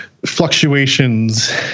fluctuations